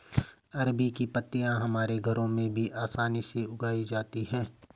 अरबी की पत्तियां हमारे घरों में भी आसानी से उगाई जाती हैं